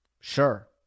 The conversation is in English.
Sure